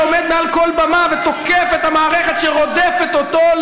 שעומד מעל כל במה ותוקף את המערכת שרודפת אותו,